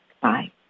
Bye